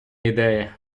ідея